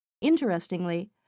Interestingly